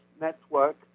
network